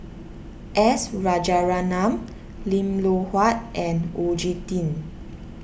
S Rajaratnam Lim Loh Huat and Oon Jin Teik